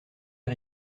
les